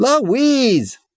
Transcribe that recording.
Louise